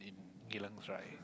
in Geylang Serai